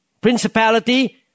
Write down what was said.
Principality